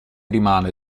rimane